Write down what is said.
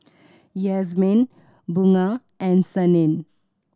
Yasmin Bunga and Senin